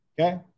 Okay